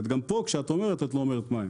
ואת גם פה כשאת אומרת את לא אומרת מהם